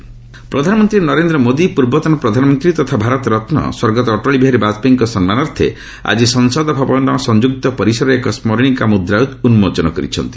ରିଭ୍ ପିଏମ୍ ବାଜପେୟୀ କଏନ୍ ପ୍ରଧାନମନ୍ତ୍ରୀ ନରେନ୍ଦ୍ର ମୋଦି ପୂର୍ବତନ ପ୍ରଧାନମନ୍ତ୍ରୀ ତଥା ଭାରତ ରତ୍ନ ସ୍ୱର୍ଗତ ଅଟଳ ବିହାରୀ ବାଜପେୟୀଙ୍କ ସମ୍ମାନାର୍ଥେ ଆଜି ସଂସଦ ଭବନ ସଂଯୁକ୍ତ ପରିସରରେ ଏକ ସ୍କରଣିକା ମୁଦ୍ରା ଉନ୍ନୋଚନ କରିଛନ୍ତି